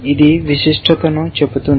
ఇది విశిష్టతను చెబుతోంది